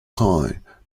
kind